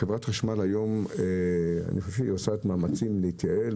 חברת החשמל עושה מאמצים להתייעל,